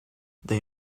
they